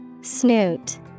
Snoot